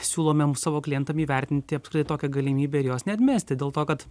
siūlomem savo klientam įvertinti apskritai tokią galimybę ir jos neatmesti dėl to kad